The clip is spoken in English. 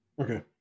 Okay